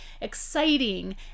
exciting